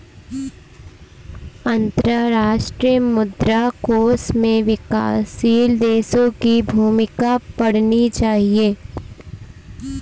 अंतर्राष्ट्रीय मुद्रा कोष में विकासशील देशों की भूमिका पढ़नी चाहिए